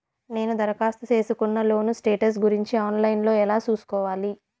నేను దరఖాస్తు సేసుకున్న లోను స్టేటస్ గురించి ఆన్ లైను లో ఎలా సూసుకోవాలి?